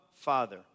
Father